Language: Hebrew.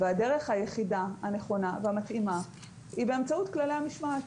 והדרך היחידה הנכונה והמתאימה היא באמצעות כללי המשמעת.